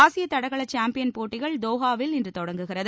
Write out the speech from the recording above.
ஆசிய தடகள சாம்பியன் போட்டிகள் தோஹாவில் இன்று தொடங்குகிறது